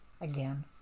again